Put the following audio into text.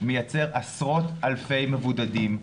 מייצר עשרות אלפי מבודדים.